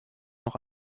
noch